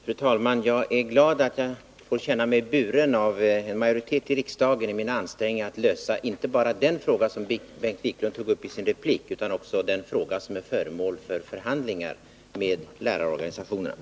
Fru talman! Jag är glad att jag får känna mig buren av en majoritet i riksdagen i mina ansträngningar att lösa inte bara den fråga som Bengt Wiklund tog upp i sin replik utan också den fråga som är föremål för förhandlingar med lärarorganisationerna.